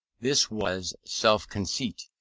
this was self-conceit.